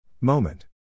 Moment